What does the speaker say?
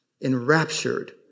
enraptured